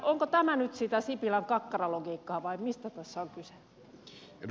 onko tämä nyt sitä sipilän kakkaralogiikkaa vai mistä tässä on kyse